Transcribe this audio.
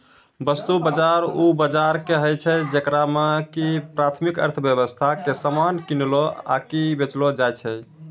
वस्तु बजार उ बजारो के कहै छै जेकरा मे कि प्राथमिक अर्थव्यबस्था के समान किनलो आकि बेचलो जाय छै